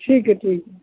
ٹھیک ہے ٹھیک